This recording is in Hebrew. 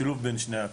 שילוב בין השניים?